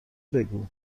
بگو